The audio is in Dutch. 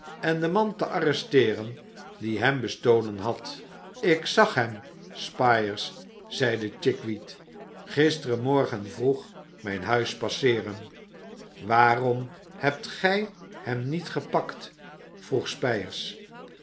en den man te arresteeren die hem bestolen had ik zag hem spyers zeide chickweed gistermorgen vroeg mijn huis passeeren waarom hebt gij hem niet gepakt vroeg spyers